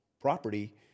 property